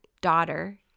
daughter